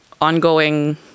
ongoing